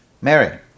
Mary